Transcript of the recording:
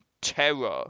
terror